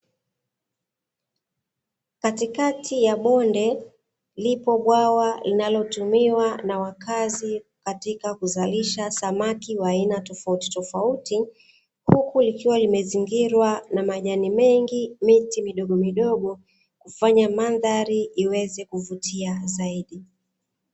Katikati ya bonde lipo bwawa linalotumiwa na wakazi katika kuzalisha samaki wa aina tofautitofauti, huku ikiwa limezingirwa na majani mengi miti midogo midogo kufanya mandhari iweze kuvutia zaidi.